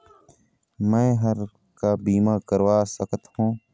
मैं हर का बीमा करवा सकत हो?